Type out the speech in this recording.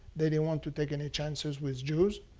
they didn't want to take any chances with jews,